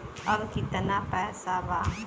अब कितना पैसा बा?